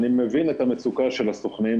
אני מבין את המצוקה של הסוכנים,